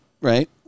right